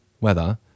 weather